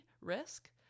risk